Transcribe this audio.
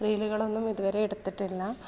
റീലുകളൊന്നും ഇതുവരെ എടുത്തിട്ടില്ല